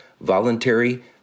voluntary